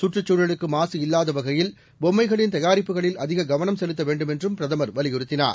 சுற்றுச் சூழலுக்கு மாசு இல்லாத வகையில் பொம்மைகளின் தயாரிப்புகளில் அதிக கவனம் செலுத்த வேண்டும் என்றும் பிரதமர் வலியுறத்தினார்